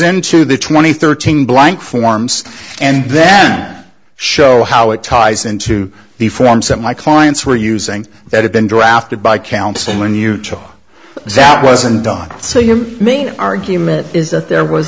into the twenty thirteen blank forms and then show how it ties into the forms that my clients were using that had been drafted by counsel in utah that wasn't done so your me argument is that there was